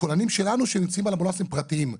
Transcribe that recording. לכוננים שלנו שנמצאים על אמבולנסים פרטיים.